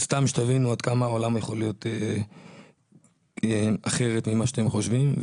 סתם שתבינו עד כמה העולם יכול להיות אחר ממה שאתם חושבים.